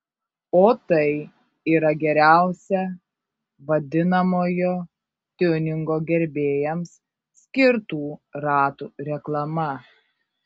o tai yra geriausia vadinamojo tiuningo gerbėjams skirtų ratų reklama